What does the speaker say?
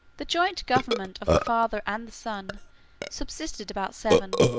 the joint government of the father and the son subsisted about seven,